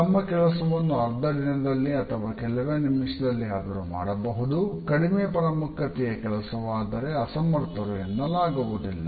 ತಮ್ಮ ಕೆಲಸವನ್ನು ಅರ್ಧ ದಿನದಲ್ಲಿ ಅಥವಾ ಕೆಲವೇ ನಿಮಿಷದಲ್ಲಿ ಆದರೂ ಮಾಡಬಹುದು ಕಡಿಮೆ ಪ್ರಾಮುಖ್ಯತೆಯ ಕೆಲಸವಾದರೆ ಅಸಮರ್ಥರು ಎನ್ನಲಾಗುವುದಿಲ್ಲ